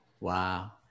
Wow